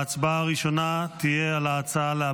ההצבעה הראשונה תהיה על ההצעה של סיעת יש עתיד.